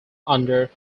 under